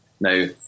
now